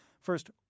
First